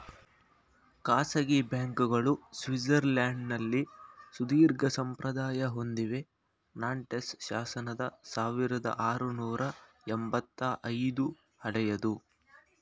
ಖಾಸಗಿ ಬ್ಯಾಂಕ್ಗಳು ಸ್ವಿಟ್ಜರ್ಲ್ಯಾಂಡ್ನಲ್ಲಿ ಸುದೀರ್ಘಸಂಪ್ರದಾಯ ಹೊಂದಿವೆ ನಾಂಟೆಸ್ ಶಾಸನದ ಸಾವಿರದಆರುನೂರು ಎಂಬತ್ತ ಐದು ಹಳೆಯದು